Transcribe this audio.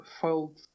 felt